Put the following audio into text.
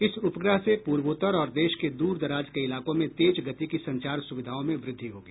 इस उपग्रह से पूर्वोत्तर और देश के दूर दराज के इलाकों में तेज गति की संचार सुविधाओं में वृद्धि होगी